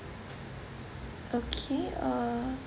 okay uh